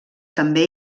també